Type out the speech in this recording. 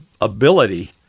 ability